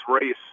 race